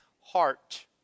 heart